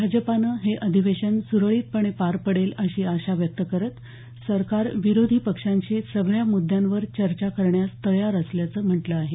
भाजपानं हे अधिवेशन सुरळीतपणे पार पडेल अशी आशा व्यक्त करत सरकार विरोधी पक्षांशी सगळ्या मुद्द्यांवर चर्चा करण्यास तयार असल्याचं म्हटलं आहे